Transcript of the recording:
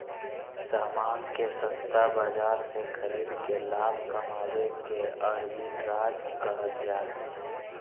सामान के सस्ता बाजार से खरीद के लाभ कमावे के आर्बिट्राज कहल जा हय